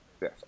yes